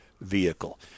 vehicle